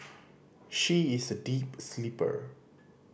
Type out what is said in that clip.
she is a deep sleeper